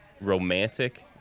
romantic